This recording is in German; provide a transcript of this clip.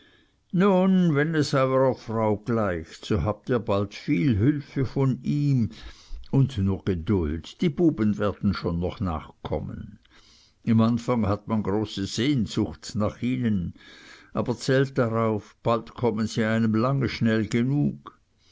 nun wenn es eurer frau gleicht so habt ihr bald viel hülfe von ihm und nur geduld die buben werden schon noch nachkommen im anfang hat man große sehnsucht nach ihnen aber zählt darauf bald kommen sie einem lange schnell genug